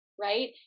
right